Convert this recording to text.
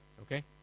Okay